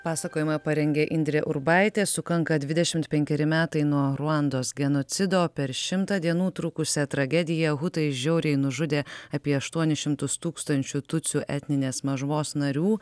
pasakojimą parengė indrė urbaitė sukanka dvidešimt penkeri metai nuo ruandos genocido per šimtą dienų trukusią tragediją hutai žiauriai nužudė apie aštuonis šimtus tūkstančių tutsių etninės mažumos narių